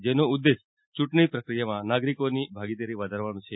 જેનો ઉદેશ ચૂંટણી પ્રક્રિયામાં નાગરીકોની ભાગીદારી વધારવાનો છે